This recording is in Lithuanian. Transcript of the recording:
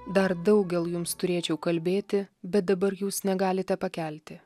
dar daugel jums turėčiau kalbėti bet dabar jūs negalite pakelti